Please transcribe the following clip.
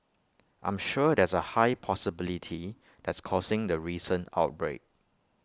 I'm sure there's A high possibility that's causing the recent outbreak